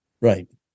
Right